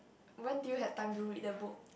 when do you have time to read the book